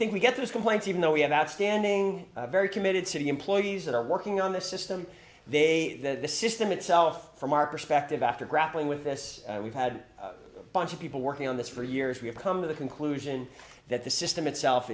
think we get those complaints even though we have outstanding very committed to the employees that are working on the system they that the system itself from our perspective after grappling with this we've had a bunch of people working on this for years we have come to the conclusion that the system itself